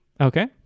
Okay